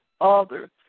others